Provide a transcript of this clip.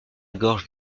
gorge